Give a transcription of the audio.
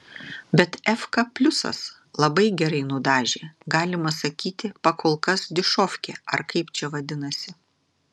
bet efka pliusas labai gerai nudažė galima sakyti pakolkas dišovkė ar kaip čia vadinasi